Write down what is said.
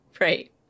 right